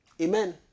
Amen